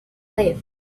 left